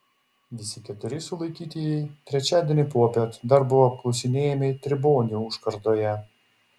visi keturi sulaikytieji trečiadienį popiet dar buvo apklausinėjami tribonių užkardoje